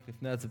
רק לפני ההצבעה,